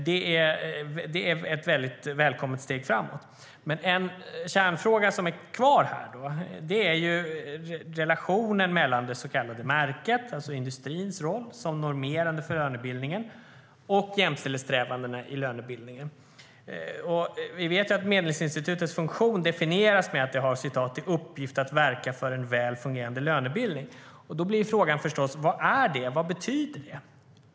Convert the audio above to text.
Det är ett välkommet steg framåt. En kärnfråga som är kvar är dock relationen mellan det så kallade märket, alltså industrins roll som normerande för lönebildningen, och jämställdhetssträvandena i lönebildningen. Vi vet att Medlingsinstitutets funktion definieras med att det har "i uppgift att verka för en väl fungerande lönebildning". Då blir förstås frågan: Vad är det? Vad betyder det?